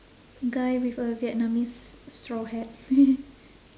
guy with a vietnamese straw hat